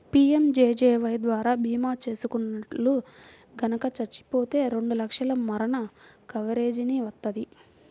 PMJJBY ద్వారా భీమా చేసుకున్నోల్లు గనక చచ్చిపోతే రెండు లక్షల మరణ కవరేజీని వత్తది